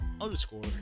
underscore